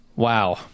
wow